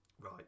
Right